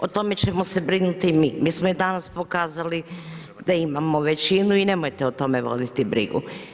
O tome ćemo se brinuti mi, mi smo i danas pokazali da imamo većinu i nemojte o tome voditi brigu.